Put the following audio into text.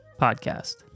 Podcast